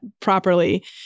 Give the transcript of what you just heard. properly